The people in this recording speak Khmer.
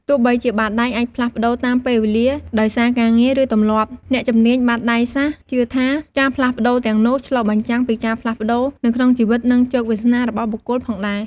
ទោះបីជាបាតដៃអាចផ្លាស់ប្តូរតាមពេលវេលា ដោយសារការងារ ឬទម្លាប់ អ្នកជំនាញបាតដៃសាស្រ្តជឿថា ការផ្លាស់ប្តូរទាំងនោះឆ្លុះបញ្ចាំងពីការផ្លាស់ប្តូរនៅក្នុងជីវិត និងជោគវាសនារបស់បុគ្គលផងដែរ។